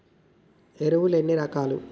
ఎరువులు ఎన్ని రకాలు?